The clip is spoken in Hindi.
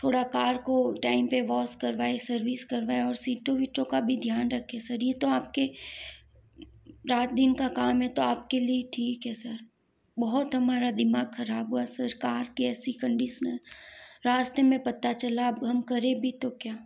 थोड़ा कार को टाइम पर वॉश करवाएँ सर्विस करवाएँ और सीटों विटों का भी ध्यान रखें सर यह तो आप के रात दिन का काम है तो आप के लिए ही ठीक है सर बहुत हमारा दिमाग ख़राब हुआ सर कार की ऐसी कंडिशन रास्ते में पता चला अब हम करें भी तो क्या